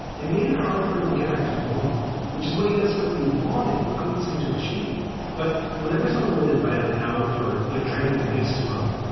it made it hard for him to get back to normal, which is what he desperately wanted but couldn't seem to achieve. but whenever someone would invite him out or you know try to be nice to him,